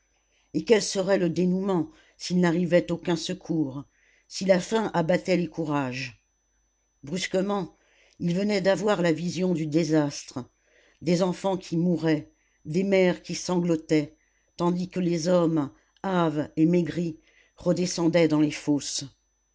et quel serait le dénouement s'il n'arrivait aucun secours si la faim abattait les courages brusquement il venait d'avoir la vision du désastre des enfants qui mouraient des mères qui sanglotaient tandis que les hommes hâves et maigris redescendaient dans les fosses